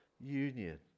union